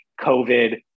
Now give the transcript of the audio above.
COVID